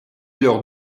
leur